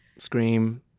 scream